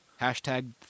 Hashtag